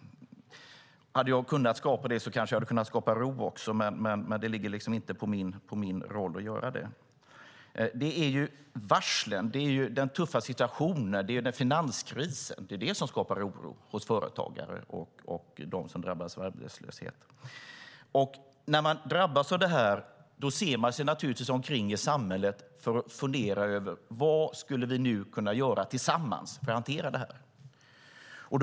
Hade jag kunnat skapa oro hade jag kanske kunnat skapa ro också, men det ligger liksom inte på min roll att göra det. Det är varslen och den tuffa situationen - finanskrisen - som skapar oro hos företagare och dem som drabbas av arbetslöshet. När man drabbas av detta ser man sig naturligtvis omkring i samhället för att fundera över vad vi nu skulle kunna göra tillsammans för att hantera detta.